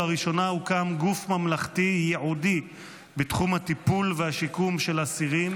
לראשונה הוקם גוף ממלכתי ייעודי בתחום הטיפול והשיקום של אסירים,